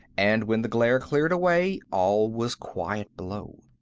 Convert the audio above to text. and when the glare cleared away, all was quiet below.